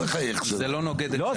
זה לא נוגד --- לא.